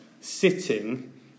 sitting